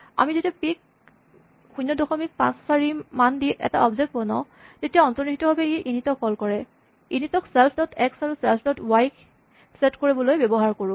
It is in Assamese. আমি যেতিয়া পি ক ০৫৪ মান দি এটা অবজেক্ট বনাওঁ তেতিয়া অন্তনিহিতভাৱে ই ইনিট ক কল কৰে ইনিট ক ছেল্ফ ডট এক্স আৰু ছেল্ফ ডট ৱাই ক চেট কৰিবলৈ ব্যৱহাৰ কৰোঁ